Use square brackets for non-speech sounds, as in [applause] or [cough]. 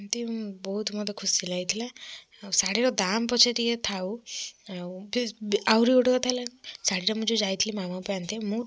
ଏମିତି ବହୁତ ମୋତେ ଖୁସି ଲାଗିଥିଲା ଆଉ ଶାଢ଼ୀର ଦାମ୍ ପଛେ ଟିକେ ଥାଉ ଆଉ [unintelligible] ଆହୁରି ଗୋଟେ କଥା ହେଲା ଶାଢ଼ୀ ଟା ମୁଁ ଯେଉଁ ଯାଇଥିଲି ମାମା ପାଇଁ ଆଣିତେ ମୁଁ